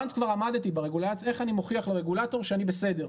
ברגע שכבר עמדתי ברגולציה איך אני מוכיח לרגולטור שאני בסדר.